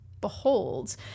behold